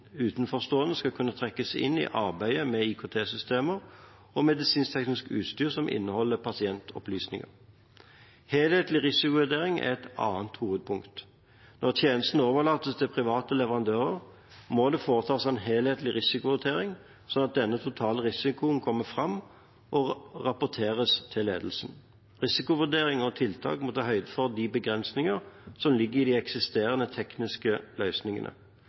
utenforstående skal kunne trekkes inn i arbeidet med IKT-systemer og medisinsk-teknisk utstyr som inneholder pasientopplysninger. Helhetlig risikovurdering er et annet hovedpunkt. Når tjenester overlates til private leverandører, må det foretas en helhetlig risikovurdering slik at den totale risikoen kommer fram og rapporteres til ledelsen. Risikovurdering og tiltak må ta høyde for de begrensninger som ligger i de eksisterende tekniske løsningene.